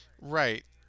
Right